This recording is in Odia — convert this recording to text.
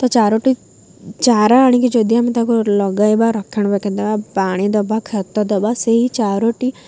ତ ଚାରୋଟି ଚାରା ଆଣିକି ଯଦି ଆମେ ତାକୁ ଲଗାଇବା ରକ୍ଷଣା ବେକ୍ଷଣ ଦେବା ପାଣି ଦେବା ଖତ ଦେବା ସେହି ଚାରୋଟି